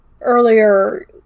earlier